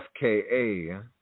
FKA